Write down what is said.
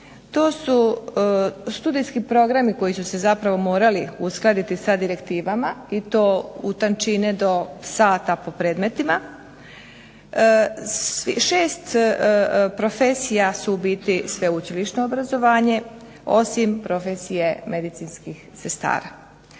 To su studijski programi koji su se zapravo morali uskladiti sa direktivama i to u tančine do sata po predmetima. Šest profesija su u biti sveučilišno obrazovanje, osim profesije medicinskih sestara.